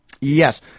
Yes